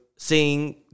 seeing